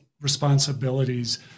responsibilities